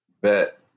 Bet